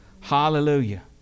hallelujah